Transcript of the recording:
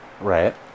Right